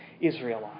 Israelite